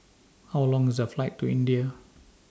How Long IS The Flight to India